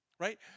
Right